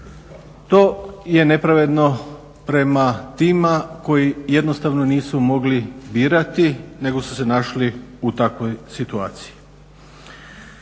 To je nepravedno prema tima koji jednostavno nisu mogli birati, nego su se našli u takvoj situaciji.